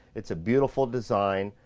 it's a beautiful design,